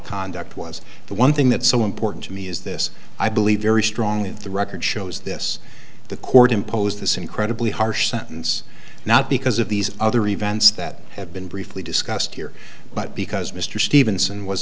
conduct was the one thing that is so important to me is this i believe very strongly that the record shows this the court imposed this incredibly harsh sentence not because of these other events that have been briefly discussed here but because mr